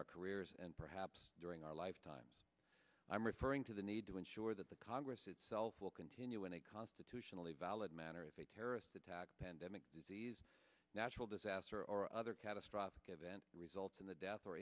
our careers and perhaps during our lifetimes i'm referring to the need to ensure that the congress itself will continue in a constitutionally valid matter if a terrorist attack pandemic disease natural disaster or other catastrophic event results in the death or